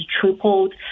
tripled